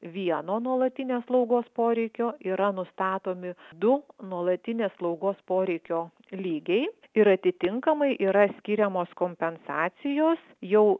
vieno nuolatinės slaugos poreikio yra nustatomi du nuolatinės slaugos poreikio lygiai ir atitinkamai yra skiriamos kompensacijos jau